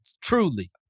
Truly